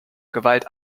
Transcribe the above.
gewalt